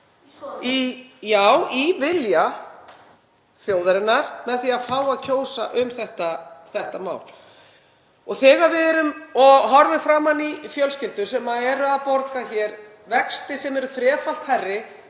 Sko …)— Já, í vilja þjóðarinnar með því að fá að kjósa um þetta mál. Þegar við horfum framan í fjölskyldu sem er að borga hér vexti sem eru þrefalt hærri